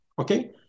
Okay